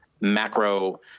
macro